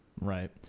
Right